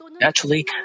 Naturally